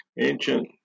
ancient